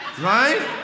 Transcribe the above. Right